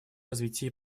развития